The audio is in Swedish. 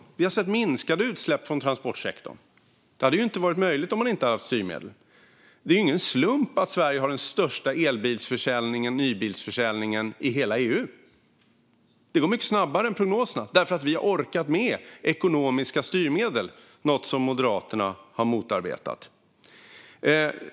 Vi har sett minskade utsläpp från transportsektorn. Det hade inte varit möjligt utan styrmedel. Det är ingen slump att Sverige har den största nybilsförsäljningen av elbilar i hela EU. Det går mycket snabbare än prognoserna därför att vi har orkat med ekonomiska styrmedel, något som Moderaterna har motarbetat.